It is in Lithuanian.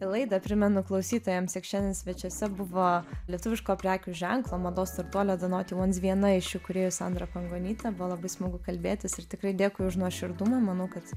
į laidą primenu klausytojams jog šiandien svečiuose buvo lietuviško prekių ženklo mados startuolio de noti uans viena iš šių kūrėjų sandra pangonytė buvo labai smagu kalbėtis ir tikrai dėkui už nuoširdumą manau kad